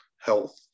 health